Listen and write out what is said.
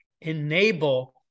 enable